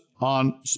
on